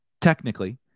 Technically